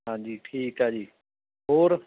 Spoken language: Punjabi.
ਹਾਂਜੀ ਠੀਕ ਆ ਜੀ ਹੋਰ